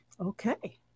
Okay